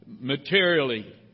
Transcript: materially